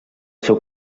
seu